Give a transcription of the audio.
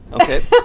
Okay